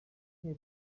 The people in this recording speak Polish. nie